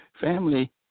family